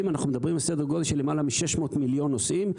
אנחנו מדברים על סדר גודל של למעלה מ-600 מיליון נוסעים,